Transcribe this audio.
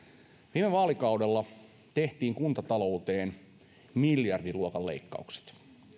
viime vaalikaudella tehtiin kuntatalouteen miljardiluokan leikkaukset